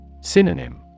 Synonym